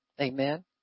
Amen